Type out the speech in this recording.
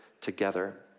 together